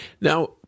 Now